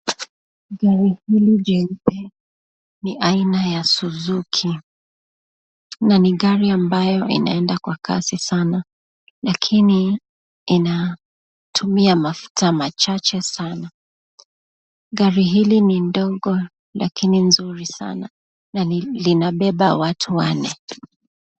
Gari hili jeupe ni aina ya Suzuki na ni gari ambayo inaenda kwa kasi sana lakini inatumia mafuta machache sana gari hili ni ndogo lakini nzuri sana na linabeba watu wanne.